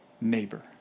neighbor